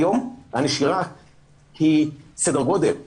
היום הנשירה היא סדר גודל